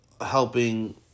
helping